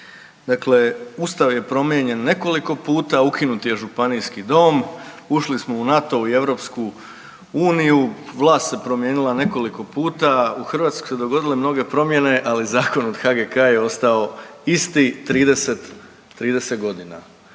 Dakle, Ustav je promijenjen nekoliko puta, ukinut je Županijski dom, ušli smo u NATO i EU, vlast se promijenila nekoliko puta, u Hrvatskoj su se dogodile mnoge promjene ali zakon od HGK je ostao isti 30 godina.